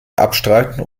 abstreiten